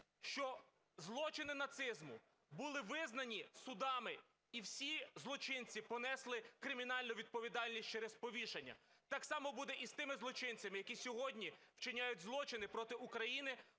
що злочини нацизму були визнані судами, і всі злочинці понесли кримінальну відповідальність через повішання. Так само буде і з тими злочинцями, які сьогодні вчиняють злочини проти України,